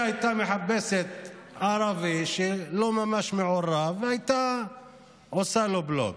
היא הייתה מחפשת ערבי שלא ממש מעורב והייתה עושה לו בלוק.